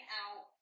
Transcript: out